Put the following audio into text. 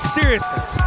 seriousness